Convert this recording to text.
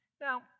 Now